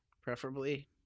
preferably